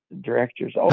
directors